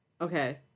Okay